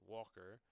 Walker